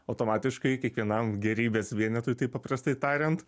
automatiškai kiekvienam gėrybės vienetui tai paprastai tariant